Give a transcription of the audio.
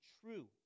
true